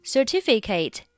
Certificate